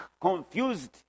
confused